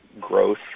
growth